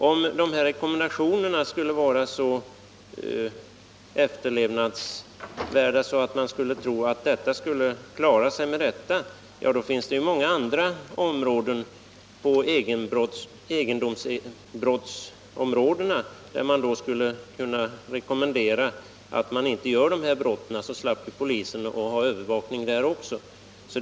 Om rekommendationerna skulle vara så värdefulla att man räknar med att klara sig med dem, finns det ju andra områden, när det gäller egendomsbrott, där man skulle kunna rekommendera folk att inte begå brotten. Då skulle alltså polisen slippa övervakningen även i dessa fall.